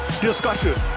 discussion